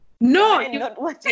No